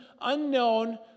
unknown